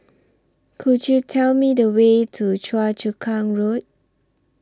Could YOU Tell Me The Way to Choa Chu Kang Road